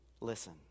listen